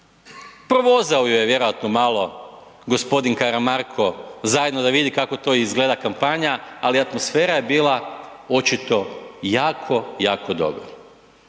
provozao ju je vjerojatno gospodin Karamarko zajedno da vidi kako to izgleda kampanja, ali atmosfera je bila očito jako, jako dobra.